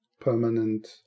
permanent